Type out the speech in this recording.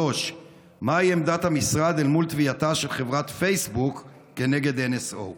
3. מהי עמדת המשרד אל מול תביעתה של חברת פייסבוק כנגד NSO?